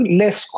less